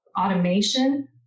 automation